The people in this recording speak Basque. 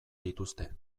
dituzte